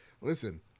listen